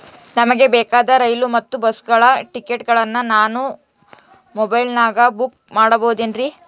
ನಮಗೆ ಬೇಕಾದ ರೈಲು ಮತ್ತ ಬಸ್ಸುಗಳ ಟಿಕೆಟುಗಳನ್ನ ನಾನು ಮೊಬೈಲಿನಾಗ ಬುಕ್ ಮಾಡಬಹುದೇನ್ರಿ?